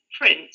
print